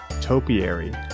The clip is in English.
Topiary